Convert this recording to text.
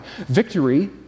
victory